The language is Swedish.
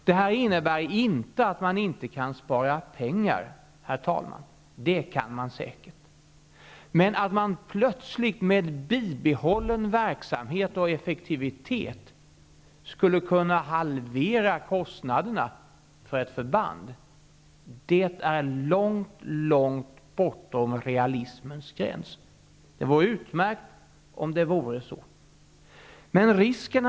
Det innebär inte, herr talman, att man inte kan spara pengar. Det kan man säkert. Men att man plötsligt med bibehållen verksamhet och effektivitet skulle kunna halvera kostnaderna för ett förband, det är långt bortom realismens gräns. Det vore utmärkt om det vore så. Herr talman!